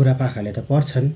बुढापाखाहरूले त पढ्छन्